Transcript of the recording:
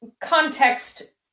context